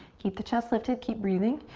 keep the chest lifted, keep breathing.